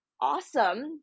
awesome